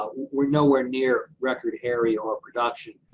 ah we're nowhere near record area or production,